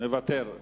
מוותר.